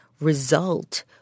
result